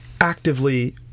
actively